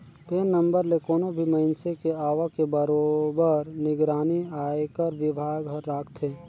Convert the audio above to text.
PAN number ले कोनो भी मइनसे के आवक के बरोबर निगरानी आयकर विभाग हर राखथे